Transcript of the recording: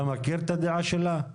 אתה מכיר את הדעה שלה?